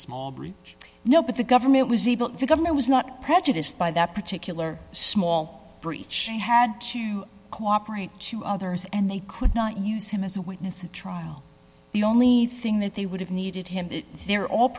group no but the government was able the government was not prejudiced by that particular small breach i had to cooperate to others and they could not use him as a witness at trial the only thing that they would have needed him there all